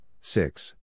six